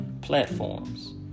platforms